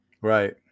Right